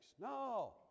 No